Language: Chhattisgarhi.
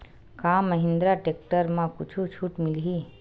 का महिंद्रा टेक्टर म कुछु छुट मिलही?